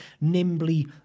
nimbly